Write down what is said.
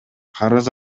карыз